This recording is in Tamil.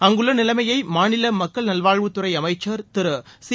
அங்குள்ள நிலைமைய மாநில மக்கள் நல்வாழ்வுத்துறை அமைச்சர் திரு சி